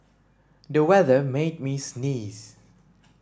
the weather made me sneeze